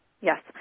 Yes